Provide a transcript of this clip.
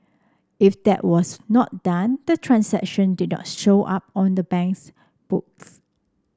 if that was not done the transaction did not show up on the bank's books